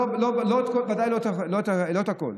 לא את הכול.